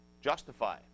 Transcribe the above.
justify